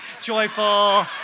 joyful